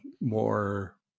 more